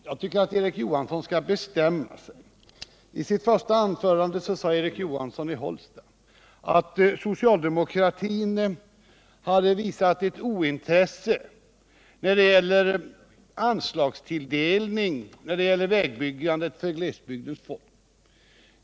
Herr talman! Jag tycker att Erik Johansson i Hållsta skall bestämma sig. I sitt första anförande sade han att socialdemokratin hade visat ointresse när det gäller anslagstilldelning till vägbyggandet för glesbygdens folk.